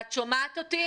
את שומעת אותי?